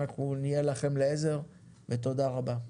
אנחנו נהיה לכם לעזר ותודה רבה.